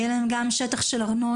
יהיה להם גם שטח של ארנונה,